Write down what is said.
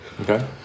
Okay